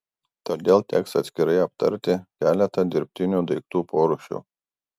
todėl teks atskirai aptarti keletą dirbtinių daiktų porūšių